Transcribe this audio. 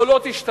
או לא תשתמש,